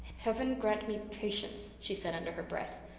heaven grant me patience, she said under her breath.